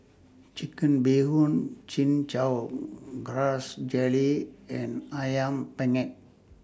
Chicken Bee Hoon Chin Chow Grass Jelly and Ayam Penyet